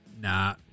Nah